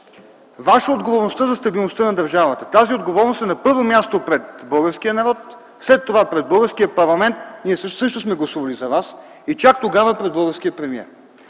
Ваша е отговорността за стабилността на държавата. Тази отговорност е на първо място пред българския народ, след това – пред българския парламент, ние също сме гласували за Вас, и чак тогава – пред българския премиер.